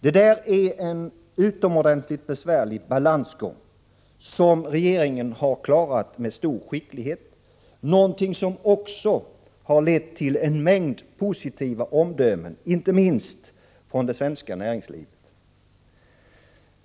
Det är en utomordentlig besvärlig balansgång, som regeringen klarat med stor skicklighet — något som också lett till många positiva omdömen, inte minst från det svenska näringslivet.